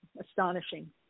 astonishing